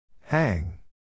Hang